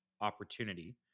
opportunity